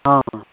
हँ